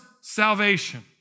salvation